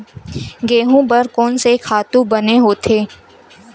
गेहूं बर कोन से खातु बने होथे?